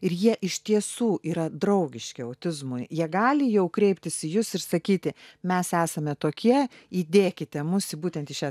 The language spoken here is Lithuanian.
ir jie iš tiesų yra draugiški autizmui jie gali jau kreiptis į jus ir sakyti mes esame tokie įdėkite mus į būtent į šią